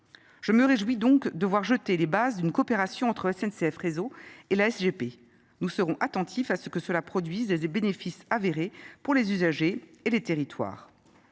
me réjouis donc de voir jeter les bases d'une coopération entre la s n c f réseau et la g p nous serons attentifs à ce que cela produise des bénéfices avérés pour les usagers et les territoires.